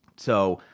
so,